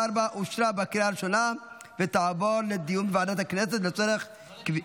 2024, לוועדה שתקבע ועדת הכנסת נתקבלה.